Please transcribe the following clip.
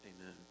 Amen